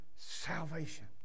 salvation